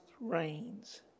reigns